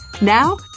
Now